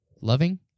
loving